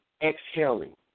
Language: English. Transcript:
exhaling